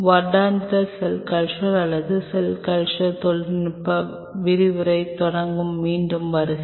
வருடாந்திர cell culture அல்லது cell culture தொழில்நுட்பங்களில் விரிவுரைத் தொடருக்கு மீண்டும் வருக